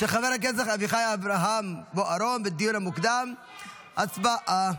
של חבר הכנסת ארז מלול וקבוצת חברי הכנסת אושרה בקריאה הראשונה